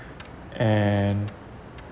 and